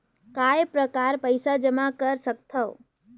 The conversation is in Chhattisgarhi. काय प्रकार पईसा जमा कर सकथव?